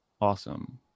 Awesome